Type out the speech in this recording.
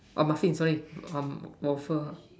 orh muffin sorry um waffle